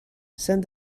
send